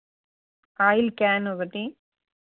oil can ఒకటి